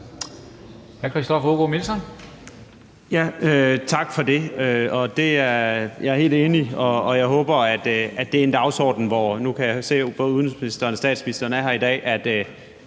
Tak for det. Jeg er helt enig. Nu kan jeg se, at både udenrigsministeren og statsministeren er her i dag.